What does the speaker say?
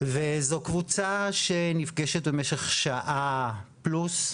זו קבוצה שנפגשת במשך שעה פלוס.